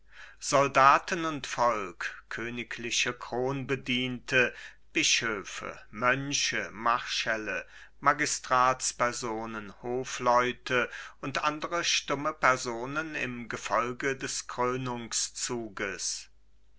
soldaten und volk königliche kronbediente bischöfe mönche marschälle magistratspersonen hofleute und andere stumme personen im gefolge des